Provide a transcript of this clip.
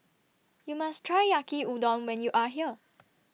YOU must Try Yaki Udon when YOU Are here